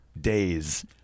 days